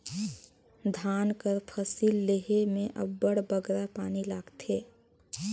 धान कर फसिल लेहे में अब्बड़ बगरा पानी लागथे